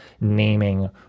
naming